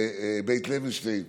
בבית לוינשטיין.